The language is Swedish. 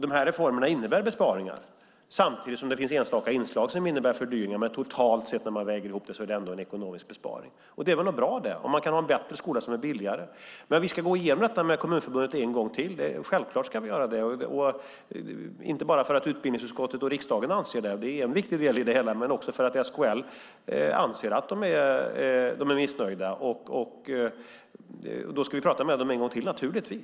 Dessa reformer innebär besparingar samtidigt som det finns enstaka inslag som innebär fördyringar. Men totalt sett är det ändå en ekonomisk besparing. Man kan ha en bättre skola som är billigare. Vi ska gå igenom detta med Sveriges Kommuner och Landsting en gång till. Det gör vi inte bara för att utbildningsutskottet och riksdagen anser det utan också för att SKL anser att de är missnöjda. Då ska vi naturligtvis tala med dem en gång till.